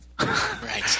Right